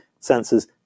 sensors